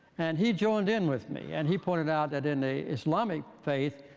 and he joined in with me, and he pointed out that in the islamic faith,